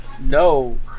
No